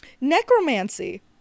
Necromancy